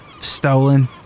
Stolen